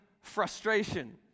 frustration